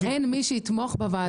אין מי שיתמוך בוועדה.